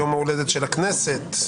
יום ההולדת של הכנסת.